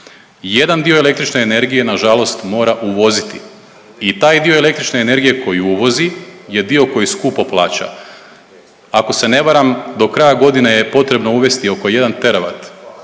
jedan dio električne energije na žalost mora uvoziti i taj dio električne energije koji uvozi je dio koji skupo plaća. Ako se ne varam do kraja godine je potrebno uvesti oko 1 teravat